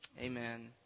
Amen